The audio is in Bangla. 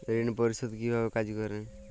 ঋণ পরিশোধ কিভাবে কাজ করে?